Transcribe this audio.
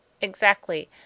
Exactly